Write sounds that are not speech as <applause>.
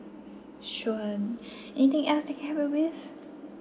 sure <breath> anything else I can help you with